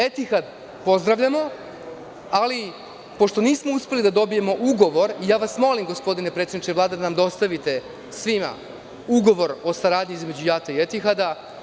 Etihad pozdravljamo, ali pošto nismo uspeli da dobijemo ugovor, ja vas molim gospodine predsedniče Vlade da nam dostavite svima ugovor o saradnji između JAT i Etihada.